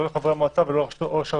לא לחברי המועצה ולא לראש הרשות.